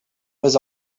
was